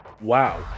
Wow